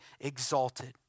exalted